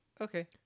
Okay